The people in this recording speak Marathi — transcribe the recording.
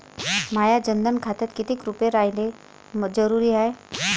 माह्या जनधन खात्यात कितीक रूपे रायने जरुरी हाय?